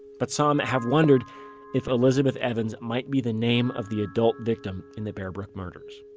but some have wondered if elizabeth evans might be the name of the adult victim in the bear brook murders.